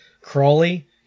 Crawley